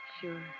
Sure